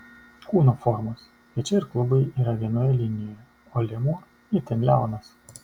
kūno formos pečiai ir klubai yra vienoje linijoje o liemuo itin liaunas